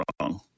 wrong